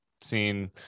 seen